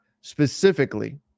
specifically